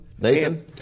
Nathan